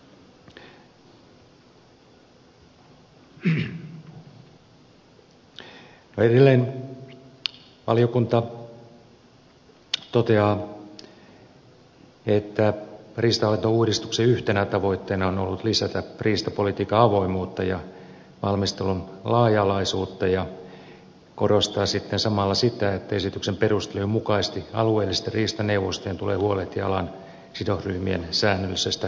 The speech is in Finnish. edelleen valiokunta toteaa että riistanhoitouudistuksen yhtenä tavoitteena on ollut lisätä riistapolitiikan avoimuutta ja valmistelun laaja alaisuutta ja korostaa sitten samalla sitä että esityksen perustelujen mukaisesti alueellisten riistaneuvostojen tulee huolehtia alan sidosryhmien säännöllisestä kuulemisesta